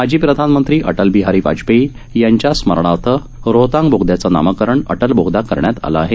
माजी प्रधानमंत्री अटलबिहारी वाजपेयी यांच्या स्मरणार्थ रोहतांग बोगद्याचं नामकरण अटल बोगदा करण्यात आलं आहे